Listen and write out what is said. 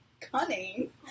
cunning